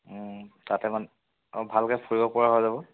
তাতে মানে অঁ ভালকৈ ফুৰিব পৰা হৈ যাব